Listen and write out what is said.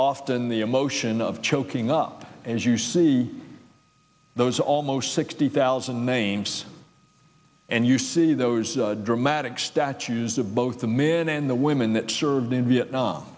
often the emotion of choking up as you see those almost sixty thousand names and you see those dramatic statues of both the men and the women that served in vietnam